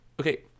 Okay